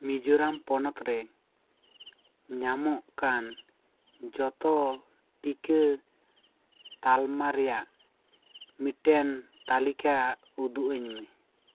ᱢᱤᱡᱳᱨᱟᱢ ᱯᱚᱱᱚᱛ ᱨᱮ ᱧᱟᱢᱚᱜ ᱠᱟᱱ ᱡᱚᱛᱚ ᱴᱤᱠᱟᱹ ᱛᱟᱞᱢᱟ ᱨᱮᱭᱟᱜ ᱢᱤᱫᱴᱮᱱ ᱛᱟᱞᱤᱠᱟ ᱩᱫᱩᱜ ᱟᱹᱧ ᱢᱮ